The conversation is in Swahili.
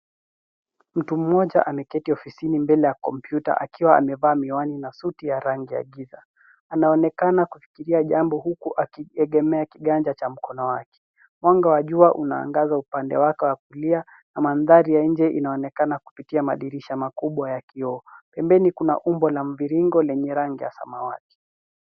Mtu mmoja ameketi ofisini mbele ya kompyuta akiwa amevaa miwani na suti ya rangi ya giza. Anaonekana kufikiria jambo huku akiegemea kiganja cha mkono wake. Mwanga wajua unaangaza upande wake wa kulia na mandhari ya nje inaonekana kupitia madirisha makubwa ya kioo. Pembeni kuna umbo la mviringo lenye rangi ya samawati.